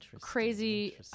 crazy